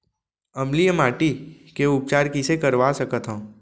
अम्लीय माटी के उपचार कइसे करवा सकत हव?